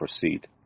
proceed